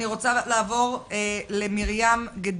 אני רוצה לעבור למרים גדיש,